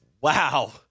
Wow